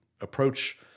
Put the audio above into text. approach